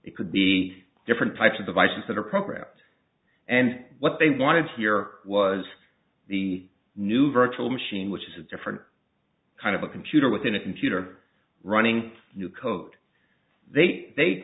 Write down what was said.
it could be different types of devices that are programmed and what they wanted here was the new virtual machine which is a different kind of a computer within a computer running new code they